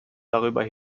darüber